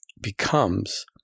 becomes